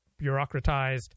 bureaucratized